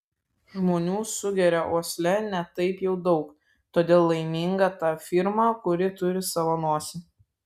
žmonių sugeria uosle ne taip jau daug todėl laiminga ta firma kuri turi savo nosį